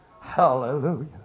Hallelujah